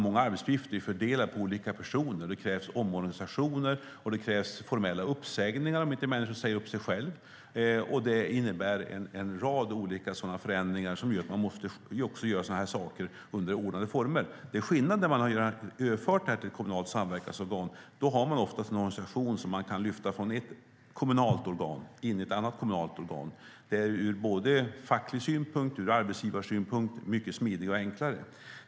Många arbetsuppgifter är fördelade på olika personer. Det krävs omorganisationer, och det krävs formella uppsägningar om inte människor säger upp sig själva. Det innebär en rad olika förändringar som gör att man måste göra sådana saker under ordnade former. Det är skillnad när man redan har överfört det här till ett kommunalt samverkansorgan. Då har man oftast någon sektion som man kan lyfta från ett kommunalt organ in i ett annat kommunalt organ. Det är ur både facklig synpunkt och arbetsgivarsynpunkt mycket smidigare och enklare.